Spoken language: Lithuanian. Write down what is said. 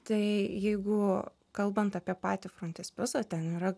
tai jeigu kalbant apie patį frontispisą ten yra